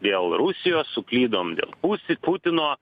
dėl rusijos suklydom dėl pusi putino